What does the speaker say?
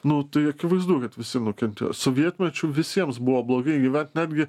nu tai akivaizdu kad visi nukentėjo sovietmečiu visiems buvo blogai gyvent netgi